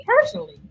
personally